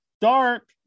Dark